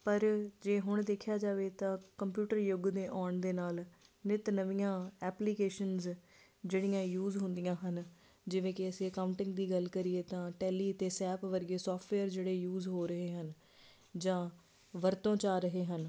ਪਰ ਜੇ ਹੁਣ ਦੇਖਿਆ ਜਾਵੇ ਤਾਂ ਕੰਪਿਊਟਰ ਯੁੱਗ ਦੇ ਆਉਣ ਦੇ ਨਾਲ ਨਿੱਤ ਨਵੀਆਂ ਐਪਲੀਕੇਸ਼ਨਸ ਜਿਹੜੀਆਂ ਯੂਜ ਹੁੰਦੀਆਂ ਹਨ ਜਿਵੇਂ ਕਿ ਅਸੀਂ ਅਕਾਊਂਟਿੰਗ ਦੀ ਗੱਲ ਕਰੀਏ ਤਾਂ ਟੈਲੀ ਅਤੇ ਸੈਪ ਵਰਗੇ ਸੋਫਟਵੇਅਰ ਜਿਹੜੇ ਯੂਜ ਹੋ ਰਹੇ ਹਨ ਜਾਂ ਵਰਤੋਂ 'ਚ ਆ ਰਹੇ ਹਨ